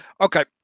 Okay